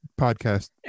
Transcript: podcast